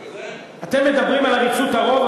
אתם מדברים על עריצות הרוב,